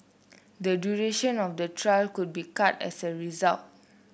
the duration of the trial could be cut as a result